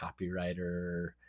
copywriter